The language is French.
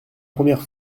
première